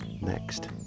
next